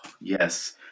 yes